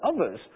others